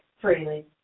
freely